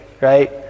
Right